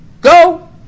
Go